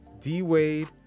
D-Wade